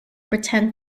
pretend